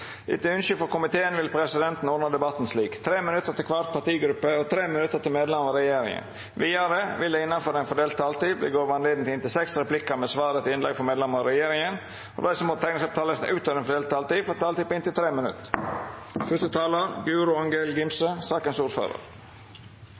Etter ynske frå utanriks- og forsvarskomiteen vil presidenten ordna debatten slik: 5 minutt til kvar partigruppe og 5 minutt til medlemer av regjeringa. Vidare vil det – innanfor den fordelte taletida – verta gjeve anledning til inntil seks replikkar med svar etter innlegg frå medlemer av regjeringa, og dei som måtte teikna seg på talarlista utover den fordelte taletida, får ei taletid på inntil 3 minutt.